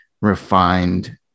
refined